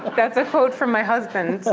that's a quote from my husband ah